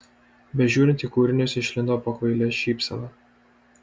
bežiūrint į kūrinius išlindo pokvailė šypsena